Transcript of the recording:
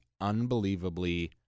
unbelievably